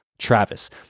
Travis